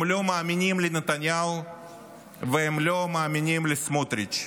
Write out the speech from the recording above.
הם לא מאמינים לנתניהו והם לא מאמינים לסמוטריץ'.